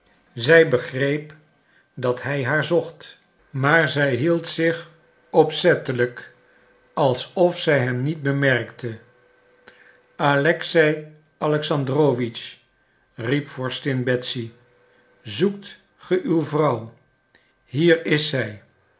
zij begreep dat hij haar zocht maar zij hield zich opzettelijk alsof zij hem niet bemerkte alexei alexandrowitsch riep vorstin betsy zoekt ge uw vrouw hier is zij